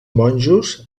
monjos